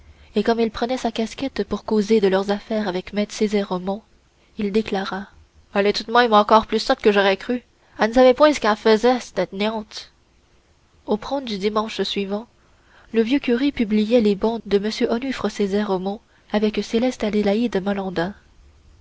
et comme il prenait sa casquette pour causer de leurs affaires avec maît césaire omont il déclara all est tout d'même encore pu sotte que j'aurais cru all n'savait point c'qu'all faisait c'te niente au prône du dimanche suivant le vieux curé publiait les bans de m onufre césaire omont avec céleste adélaïde